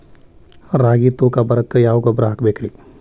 ರಾಗಿ ತೂಕ ಬರಕ್ಕ ಯಾವ ಗೊಬ್ಬರ ಹಾಕಬೇಕ್ರಿ?